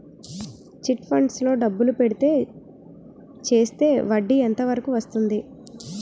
Chit funds లో డబ్బులు పెడితే చేస్తే వడ్డీ ఎంత వరకు వస్తుంది?